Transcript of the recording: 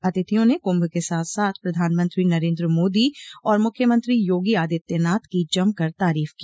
अतिथियों ने कुंभ के साथ साथ प्रधानमंत्री नरेन्द्र मोदी और मुख्यमंत्री योगी आदित्यनाथ की जम कर तारीफ की